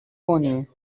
کنی